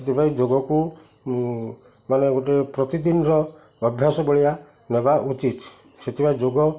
ସେଥିପାଇଁ ଯୋଗକୁ ମାନେ ଗୋଟେ ପ୍ରତିଦିନର ଅଭ୍ୟାସ ଭଳିଆ ନେବା ଉଚିତ୍ ସେଥିପାଇଁ ଯୋଗ